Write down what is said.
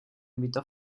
invitó